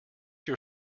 your